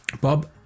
Bob